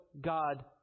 God